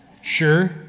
sure